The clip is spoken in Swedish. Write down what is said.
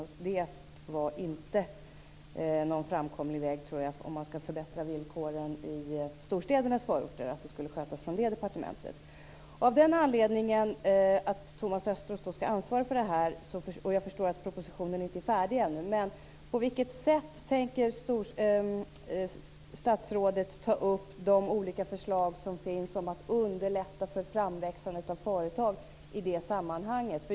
Om man skall förbättra villkoren i storstädernas förorter, tror jag inte att det är en framkomlig väg att frågorna sköts från det departementet. Jag förstår att propositionen inte är färdig ännu, men med anledning av att Thomas Östros skall ansvara för den vill jag fråga på vilket sätt statsrådet tänker ta upp de olika förslag som finns om att underlätta framväxandet av företag i det sammanhanget.